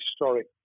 historic